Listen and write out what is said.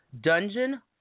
Dungeon